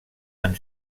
amb